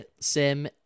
sim